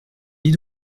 dis